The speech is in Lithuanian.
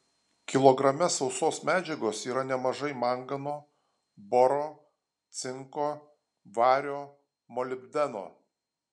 kilograme sausos medžiagos yra nemažai mangano boro cinko vario molibdeno